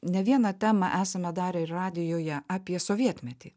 ne vieną temą esame darę ir radijuje apie sovietmetį